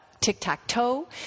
tic-tac-toe